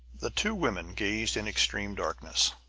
the two women gazed in extreme darkness.